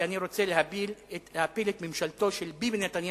כי אני רוצה להפיל את ממשלתו של ביבי נתניהו,